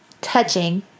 touching